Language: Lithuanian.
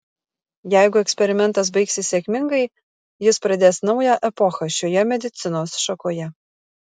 jeigu eksperimentas baigsis sėkmingai jis pradės naują epochą šioje medicinos šakoje